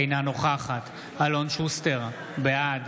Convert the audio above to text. אינה נוכחת אלון שוסטר, בעד